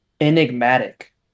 enigmatic